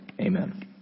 Amen